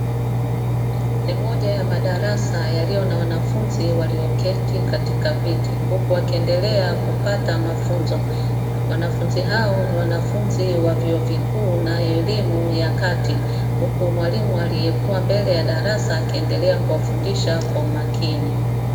Ni moja ya madarasa yaliyo na wanafunzi walioketi katika viti huku wakiendelea kupata mafunzo wanafunzi hao ni wanafunzi wa vyuo vikuu na elimu ya kati, huko mwalimu aliyekuwa mbele ya darasa akiendelea kuwafundisha kwa umakini.